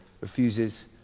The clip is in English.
refuses